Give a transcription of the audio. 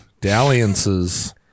Dalliances